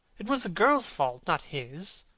it was the girl's fault, not his.